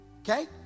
Okay